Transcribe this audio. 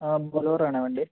ബൊലെറോ ആണേ വണ്ടി